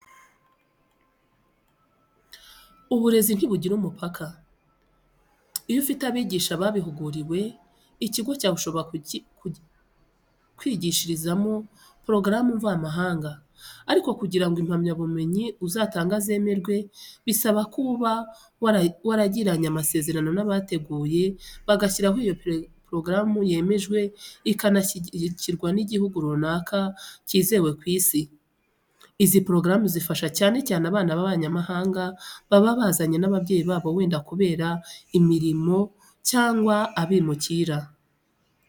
Uburezi ntibugira umupaka. Iyo ufite abigisha babihuguriwe, ikigo cyawe ushobora kwigishirizamo porogaramu mvamahanga. Ariko kugira ngo impamyabumenyi uzatanga zizemerwe, bisaba ko uba waragiranye amasezerano n'abateguye bagashyiraho iyo porogaramu yemejwe ikanashyikigirwa n'igihugu runaka kizewe ku Isi. Izi porogaramu zifasha cyane cyane abana b'abanyamahanga baba bazanye n'abayeyi babo wenda kubera imirimo cyangwa abimukira.